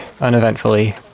uneventfully